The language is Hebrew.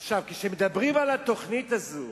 עכשיו, כשמדברים על התוכנית הזאת,